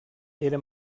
era